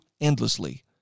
endlessly